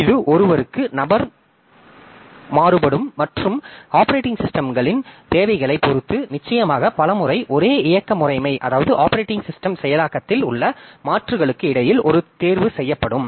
எனவே இது ஒருவருக்கு நபர் மாறுபடும் மற்றும் ஆப்பரேட்டிங் சிஸ்டம்களின் தேவைகளைப் பொறுத்து நிச்சயமாக பல முறை ஒரே இயக்க முறைமை செயலாக்கத்தில் உள்ள மாற்றுகளுக்கு இடையில் ஒரு தேர்வு செய்ய வேண்டும்